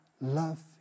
love